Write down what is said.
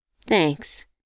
Thanks